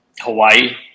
Hawaii